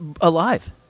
alive